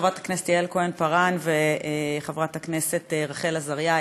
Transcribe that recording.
חברת הכנסת יעל כהן-פארן וחברת הכנסת רחל עזריה,